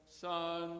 Son